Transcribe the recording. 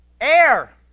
Air